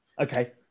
okay